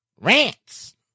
rants